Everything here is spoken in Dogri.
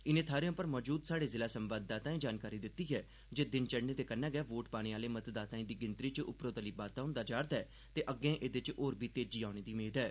इनें थाहरें उप्पर मौजूद स्हाड़े जिला संवाददाताएं जानकारी दित्ती ऐ जे दिन चढ़ने दे कन्नै गै वोट पाने आह्ले मतदाताएं दी गिनतरी च उप्परोतली बाद्दा हुंदा जा'रदा ऐ ते अग्गे एह्दे च होर बी तेजी औने दी मेद ऐ